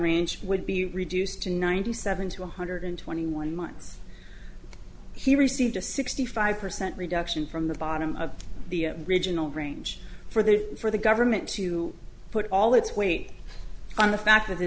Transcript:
range would be reduced to ninety seven to one hundred and twenty one months he received a sixty five percent reduction from the bottom of the original range for that for the government to put all its weight on the fact that the